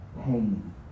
pain